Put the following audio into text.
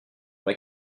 dans